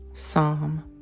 Psalm